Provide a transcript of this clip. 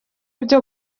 byo